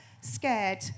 scared